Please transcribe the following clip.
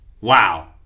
Wow